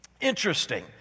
Interesting